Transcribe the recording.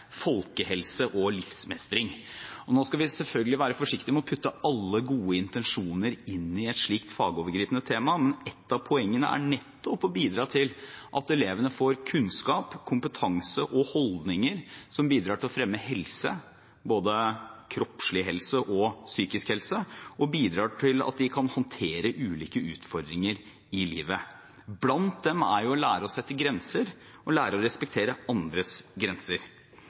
folkehelse og livsmestring. Nå skal vi selvfølgelig være forsiktige med å putte alle gode intensjoner inn i et slikt fagovergripende tema, men ett av poengene er nettopp å bidra til at elevene får kunnskap, kompetanse og holdninger som bidrar til å fremme helse, både kroppslig helse og psykisk helse, og bidrar til at de kan håndtere ulike utfordringer i livet. Blant dem er å lære å sette grenser og lære å respektere andres grenser.